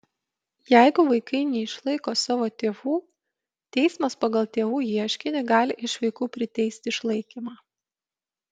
jeigu vaikai neišlaiko savo tėvų teismas pagal tėvų ieškinį gali iš vaikų priteisti išlaikymą